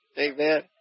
Amen